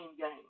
game